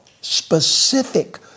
specific